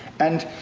and,